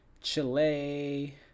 Chile